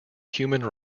human